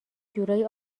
جورایی